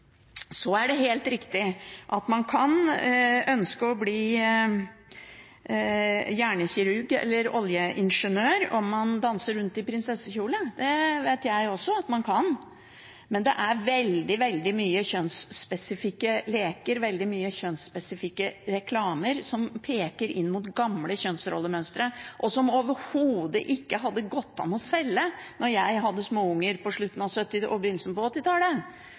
Så er det helt riktig at man kan ønske å bli hjernekirurg eller oljeingeniør om man danser rundt i prinsessekjole. Det vet jeg også at man kan. Men det er veldig mange kjønnsspesifikke leker, veldig mye kjønnsspesifikk reklame som peker inn mot gamle kjønnsrollemønstre, og som overhodet ikke hadde gått an å selge da jeg hadde små unger på slutten av 1970- og begynnelsen av 1980-tallet. Da var vi bevisste på